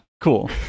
cool